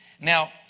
Now